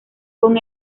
con